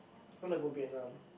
I want to go Vietnam